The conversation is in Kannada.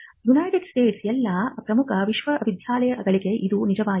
ಯುನೈಟೆಡ್ ಸ್ಟೇಟ್ಸ್ನ ಎಲ್ಲಾ ಪ್ರಮುಖ ವಿಶ್ವವಿದ್ಯಾಲಯಗಳಿಗೆ ಇದು ನಿಜವಾಗಿದೆ